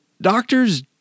doctors